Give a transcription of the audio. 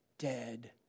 Dead